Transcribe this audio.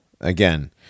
again